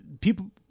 people